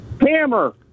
Hammer